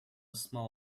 small